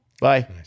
Bye